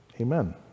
Amen